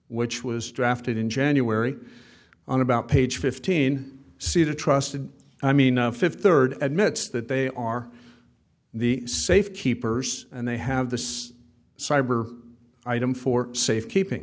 which was drafted in january on about page fifteen c the trusted i mean fifth third admits that they are the safe keepers and they have the says cyber item for safekeeping